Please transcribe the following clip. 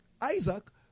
Isaac